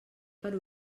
per